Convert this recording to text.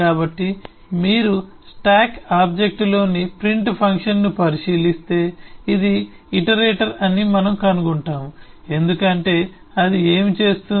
కాబట్టి మీరు స్టాక్ ఆబ్జెక్ట్లోని ప్రింట్ ఫంక్షన్ను పరిశీలిస్తే అది ఇటరేటర్ అని మనము కనుగొంటాము ఎందుకంటే అది ఏమి చేస్తుంది